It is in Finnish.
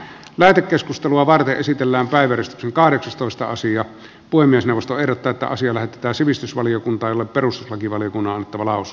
lähetekeskustelua varten esitellään päivä kahdeksastoista sija puhemiesneuvosto erotetaan siellä tai sivistysvaliokuntailla peruslakivaliokunnan talous